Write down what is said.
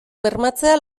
bermatzea